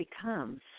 becomes